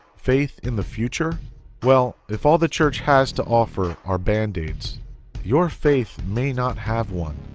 faith in the future well if all the church has to offer our band aids your faith may not have one